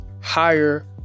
higher